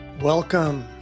Welcome